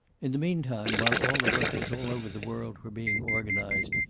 in the meantime, while all the workers all over the world were being organized,